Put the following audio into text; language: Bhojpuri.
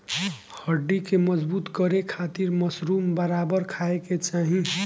हड्डी के मजबूत करे खातिर मशरूम बराबर खाये के चाही